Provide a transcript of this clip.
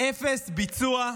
אפס ביצוע,